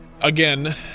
Again